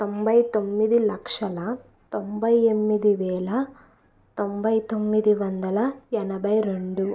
తొంభై తొమ్మిది లక్షల తొంభై ఎనిమిది వేల తొంభై తొమ్మిది వందల ఎనభై రెండు